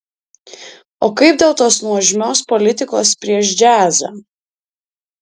o kaip dėl tos nuožmios politikos prieš džiazą